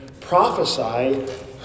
prophesy